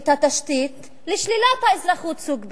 את התשתית לשלילת האזרחות סוג ב'.